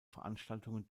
veranstaltungen